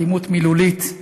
אלימות מילולית,